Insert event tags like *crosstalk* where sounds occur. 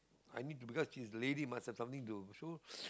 I need to because she's a lady must have something to show *breath*